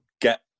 get